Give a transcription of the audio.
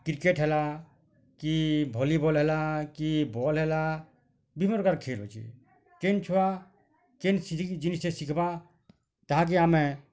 cricket ହେଲା କି volleyball ହେଲା କି ବଲ୍ ହେଲା ବିଭିନ୍ନ ପ୍ରକାର୍ ଖେଲ୍ ଅଛି କିନ୍ ଛୁଆ କେନ୍ ଜିନିଷେ ଶିଖବା ତାହାକେ ଆମେ